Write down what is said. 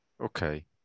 Okay